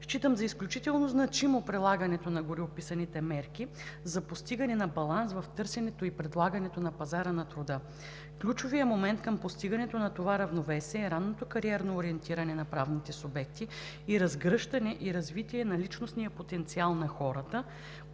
Считам за изключително значимо прилагането на гореописаните мерки за постигане на баланс в търсенето и предлагането на пазара на труда. Ключовият момент към постигането на това равновесие е ранното кариерно ориентиране на правните субекти, разгръщане и развитие на личностния потенциал на хората,